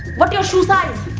what your shoe size?